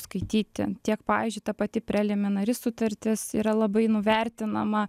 skaityti tiek pavyzdžiui ta pati preliminari sutartis yra labai nuvertinama